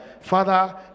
Father